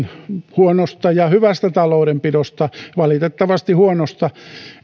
huonosta ja hyvästä taloudenpidosta valitettavasti huonosta